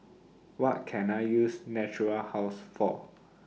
What Can I use Natura House For